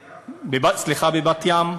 בבת-ים.